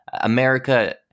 America